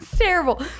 terrible